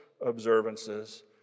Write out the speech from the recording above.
observances